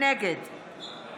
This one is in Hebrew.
נגד יובל שטייניץ, בעד